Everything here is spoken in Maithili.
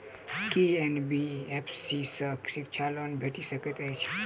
की एन.बी.एफ.सी सँ शिक्षा लोन भेटि सकैत अछि?